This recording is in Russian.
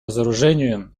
разоружению